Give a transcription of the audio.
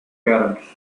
parents